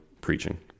preaching